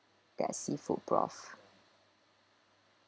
best seafood broth